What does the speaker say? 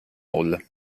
all